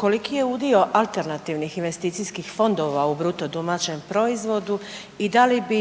koliki je udio alternativnih investicijskih fondova u BDP-u i da li bi